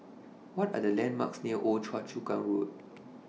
What Are The landmarks near Old Choa Chu Kang Road